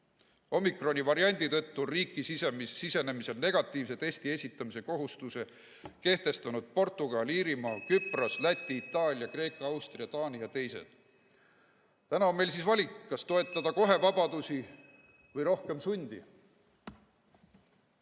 Omikroni tõttu on riiki sisenemisel negatiivse testi esitamise kohustuse kehtestanud Portugal, Iirimaa, Küpros, Läti, Itaalia, Kreeka, Austria, Taani ja teised. Täna on meil valida, kas toetada vabadusi või rohkem sundi.